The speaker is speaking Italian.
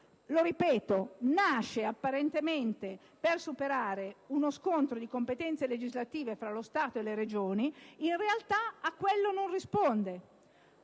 che esso nasce, apparentemente, per superare uno scontro di competenze legislative fra Stato e Regioni ma, in realtà, a quello non risponde.